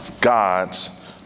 God's